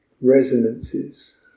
resonances